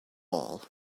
all